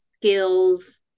skills